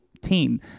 team